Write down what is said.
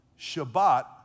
Shabbat